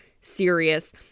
serious